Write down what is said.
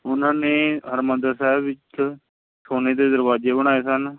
ਉਹਨਾਂ ਨੇ ਹਰਿਮੰਦਰ ਸਾਹਿਬ ਵਿੱਚ ਸੋਨੇ ਦੇ ਦਰਵਾਜੇ ਬਣਾਏ ਸਨ